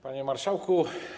Panie Marszałku!